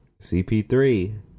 CP3